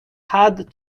had